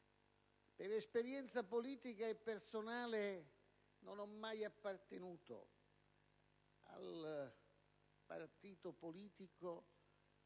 Per esperienza politica e personale non ho mai fatto parte del partito politico